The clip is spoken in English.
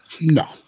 No